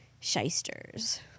shysters